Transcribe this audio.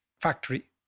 factory